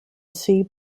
sea